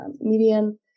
median